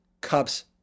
cups